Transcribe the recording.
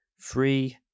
three